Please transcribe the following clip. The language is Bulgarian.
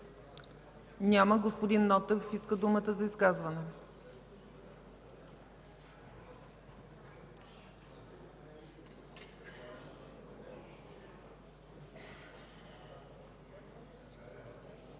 Няма. Господин Нотев иска думата за изказване.